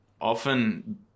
often